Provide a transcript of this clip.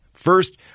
First